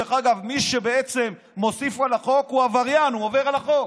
מי שמוסיף על החוק הוא עבריין, הוא עובר על החוק